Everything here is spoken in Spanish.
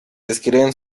describen